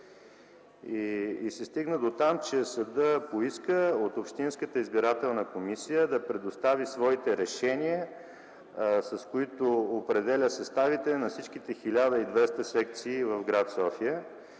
Стигна се дотам, че съдът поиска общинската избирателна комисия да предостави своите решения, с които определя съставите на всичките 1200 секции в гр. София.